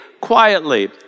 quietly